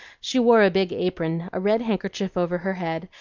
she wore a big apron, a red handkerchief over her head,